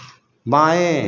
बाएँ